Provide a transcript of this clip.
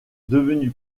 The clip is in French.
devenu